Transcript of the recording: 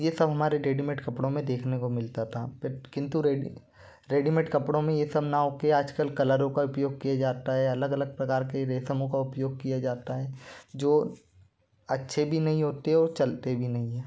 ये सब हमारे रेडीमेड कपड़ों में देखने को मिलता था पट किंतु रेडी रेडीमेड कपड़ों में ये सब ना होके आज कल कलरों का उपयोग किया जाता है अलग अलग प्रकार के रेश्मों का उपयोग किया जाता है जो अच्छे भी नहीं होते और चलते भी नहीं हैं